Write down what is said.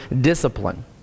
discipline